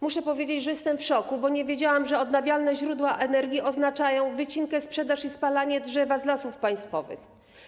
Muszę powiedzieć, że jestem w szoku, bo nie wiedziałam, że odnawialne źródła energii oznaczają wycinkę, sprzedaż i spalanie drzewa z lasów państwowych.